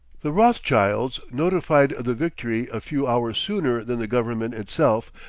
the rothschilds, notified of the victory a few hours sooner than the government itself,